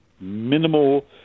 minimal